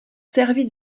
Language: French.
servi